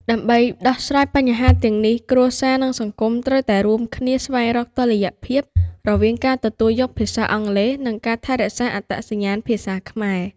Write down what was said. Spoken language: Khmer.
ដើម្បីដោះស្រាយបញ្ហាទាំងនេះ គ្រួសារ និងសង្គមត្រូវតែរួមគ្នាស្វែងរកតុល្យភាពរវាងការទទួលយកភាសាអង់គ្លេស និងការថែរក្សាអត្តសញ្ញាណភាសាខ្មែរ។